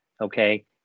okay